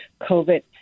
COVID